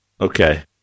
Okay